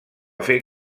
fer